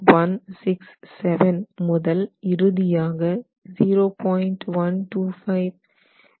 167 முதல் இறுதியாக 0